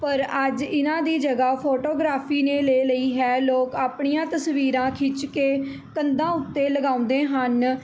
ਪਰ ਅੱਜ ਇਹਨਾਂ ਦੀ ਜਗ੍ਹਾ ਫੋਟੋਗ੍ਰਾਫੀ ਨੇ ਲੈ ਲਈ ਹੈ ਲੋਕ ਆਪਣੀਆਂ ਤਸਵੀਰਾਂ ਖਿੱਚ ਕੇ ਕੰਧਾਂ ਉੱਤੇ ਲਗਾਉਂਦੇ ਹਨ